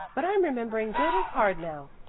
but i'm remembering good and hard now.